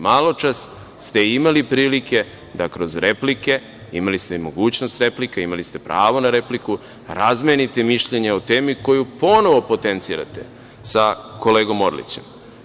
Maločas ste imali prilike da kroz replike, imali ste i mogućnost replika, imali ste pravo na repliku, razmenite mišljenje o temi koju ponovo potencirate sa kolegom Orlićem.